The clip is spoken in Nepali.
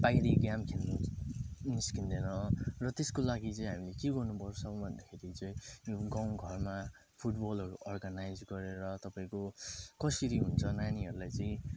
बाहिरी गेम खेल्नु निस्किँदैन र त्यसको लागि चाहिँ हामीले के गर्नुपर्छ भन्दाखेरि चाहिँ त्यो गाउँघरमा फुटबलहरू अर्गनाइज गरेर तपाईँको कसरी हुन्छ नानीहरूलाई चाहिँ